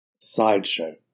sideshow